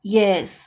yes